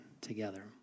together